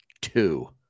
Two